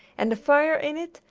and a fire in it,